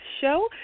show